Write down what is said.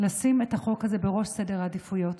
לשים את החוק הזה בראש סדר העדיפויות.